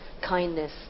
kindness